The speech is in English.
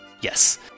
Yes